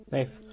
Nice